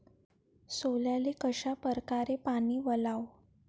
सोल्याले कशा परकारे पानी वलाव?